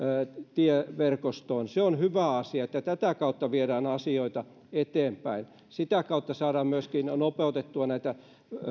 tieverkostoon se on hyvä asia että tätä kautta viedään asioita eteenpäin sitä kautta saadaan myöskin nopeutettua näitä